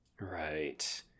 Right